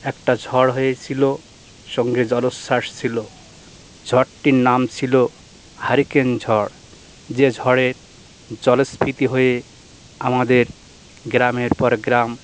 একটা ঝড় হয়েছিলো সঙ্গে জলোচ্ছ্বাস ছিলো ঝড়টির নাম ছিলো হারিকেন ঝড় যে ঝড়ে জলস্ফীতি হয়ে আমাদের গ্রামের পর গ্রাম